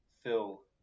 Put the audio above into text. fill